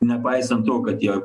nepaisant to kad jie